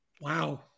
Wow